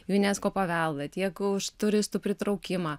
unesco paveldą tiek už turistų pritraukimą